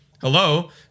Hello